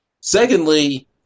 Secondly –